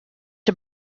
der